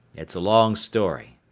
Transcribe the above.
it's a long story.